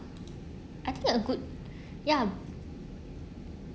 I think a good ya